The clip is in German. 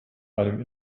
einem